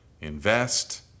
invest